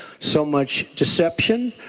so much deception.